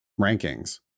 rankings